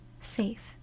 safe